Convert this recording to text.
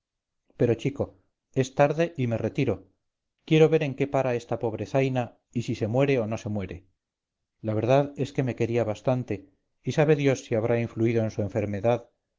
pero chico es tarde y me retiro quiero ver en quépara esta pobre zaina y si se muere o no se muere la verdad es que me quería bastante y sabe dios si habrá influido en su enfermedad